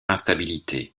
instabilité